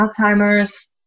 Alzheimer's